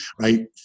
right